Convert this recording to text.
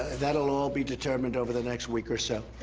that'll all be determined over the next week or so.